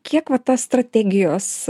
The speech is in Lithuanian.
kiek va ta strategijos